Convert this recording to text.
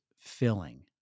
filling